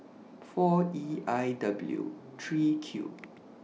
four E I W three Q